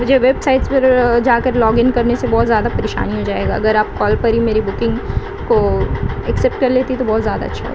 مجھے websites پر جا کر لاگ ان کرنے سے بہت زیادہ پریشانی ہو جائے گا اگر آپ کال پر ہی میری بکنگ کو ایکسپٹ کر لیتی تو بہت زیادہ اچھا